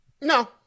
No